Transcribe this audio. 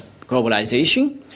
globalization